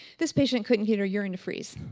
this patient couldn't get her urine to freeze.